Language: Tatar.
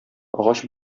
агач